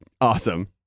Awesome